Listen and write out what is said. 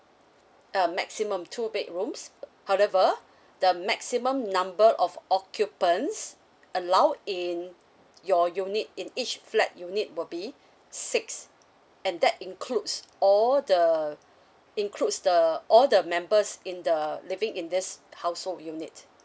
uh maximum two bedrooms however the maximum number of occupants allowed in your unit in each flat you need will be six and that includes all the includes the all the members in the living in this household unit